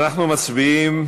אנחנו מצביעים